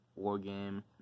Wargame